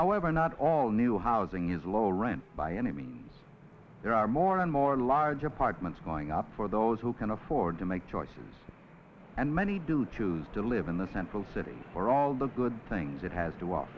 however not all new housing is low rent by any means there are more and more large apartments going up for those who can afford to make choices and many do choose to live in the central city for all the good things it has to